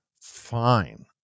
Fine